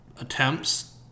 Attempts